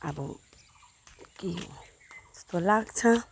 अब के त्यस्तो लाग्छ